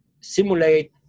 simulate